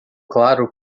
claro